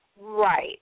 Right